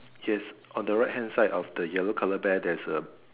yes on the right hand side of the yellow colour bear there's a